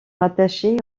rattaché